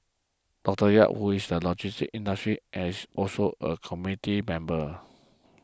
Doctor Yap who is in the logistics industry and is also a committee member